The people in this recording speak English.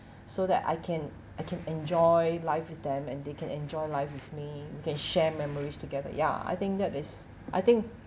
so that I can I can enjoy life with them and they can enjoy life with me we can share memories together ya I think that is I think